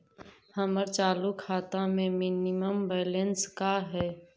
हमर चालू खाता के मिनिमम बैलेंस का हई?